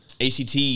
ACT